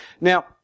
Now